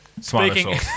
Speaking